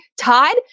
Todd